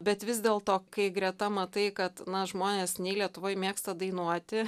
bet vis dėl to kai greta matai kad na žmonės nei lietuvoj mėgsta dainuoti